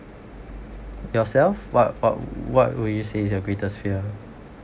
yourself what what what would you say is your greatest fear